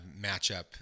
matchup